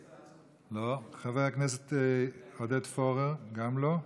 לא, חבר הכנסת עודד פורר גם לא.